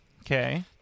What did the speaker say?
Okay